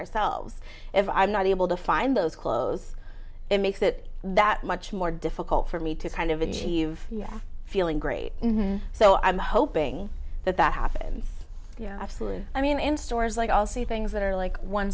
ourselves if i'm not able to find those clothes it makes it that much more difficult for me to kind of achieve feeling great so i'm hoping that that happens yeah absolutely i mean in stores like i'll see things that are like one